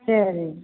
சரிங்க